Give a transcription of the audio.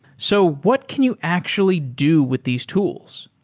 so what can you actually do with these tools?